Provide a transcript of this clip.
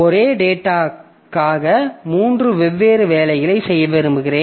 ஒரே டேட்டாக்காக மூன்று வெவ்வேறு வேலைகளை செய்ய விரும்புகிறேன்